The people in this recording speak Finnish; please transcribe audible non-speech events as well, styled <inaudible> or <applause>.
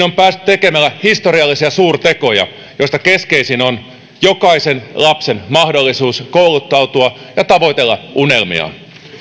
<unintelligible> on päästy tekemällä historiallisia suurtekoja joista keskeisin on jokaisen lapsen mahdollisuus kouluttautua ja tavoitella unelmiaan